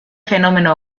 fenómeno